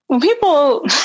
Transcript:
people